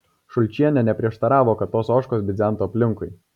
šulčienė neprieštaravo kad tos ožkos bidzentų aplinkui